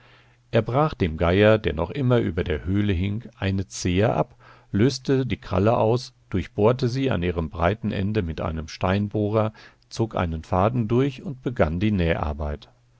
er brach dem geier der noch immer über der höhle hing eine zehe ab löste die kralle aus durchbohrte sie an ihrem breiten ende mit einem steinbohrer zog einen faden durch und begann die